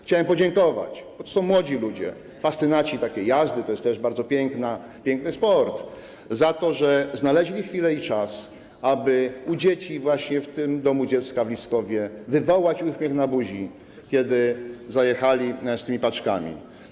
Chciałem podziękować - bo to są młodzi ludzie, fascynaci takiej jazdy, to jest bardzo piękny sport - za to, że znaleźli czas, aby u dzieci właśnie w Domu Dziecka w Liskowie wywołać uśmiech na buzi, kiedy zajechali z tymi paczkami.